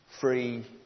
free